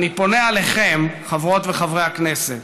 אני פונה אליכם, חברות וחברי הכנסת: